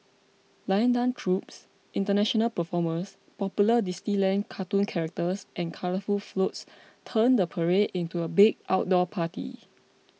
lion dance troupes international performers popular Disneyland cartoon characters and colourful floats turn the parade into a big outdoor party